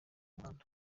muhanda